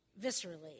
viscerally